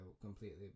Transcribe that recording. completely